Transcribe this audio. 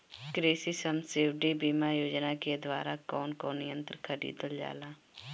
कृषि सब्सिडी बीमा योजना के द्वारा कौन कौन यंत्र खरीदल जाला?